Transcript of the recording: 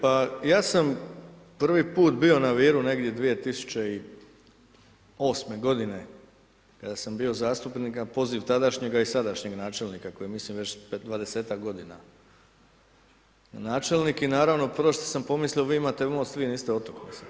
Pa ja sam prvi put bio na Viru negdje 2008. godine kada sam bio zastupnik, na poziv tadašnjeg a i sadašnjeg načelnika, koji je mislim, već 20-ak godina načelnik i naravno, prvo što sam pomislio je vi imate most, vi niste otok.